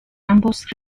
ambos